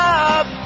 up